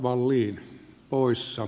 arvoisa puhemies